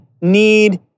need